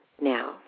now